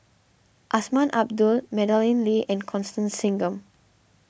Azman Abdullah Madeleine Lee and Constance Singam